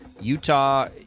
Utah